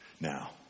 Now